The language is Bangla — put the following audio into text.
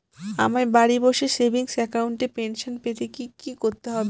আমায় বাড়ি বসে সেভিংস অ্যাকাউন্টে পেনশন পেতে কি কি করতে হবে?